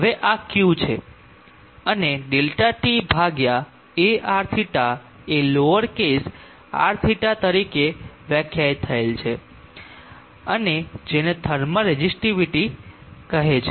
હવે આ q છે અને ΔTARθ એ લોઅર કેસ rθ તરીકે વ્યાખ્યાયિત થયેલ છે અને જેને થર્મલ રેઝિસ્ટિવિટી કહે છે